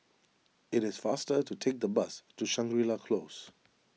it is faster to take the bus to Shangri La Close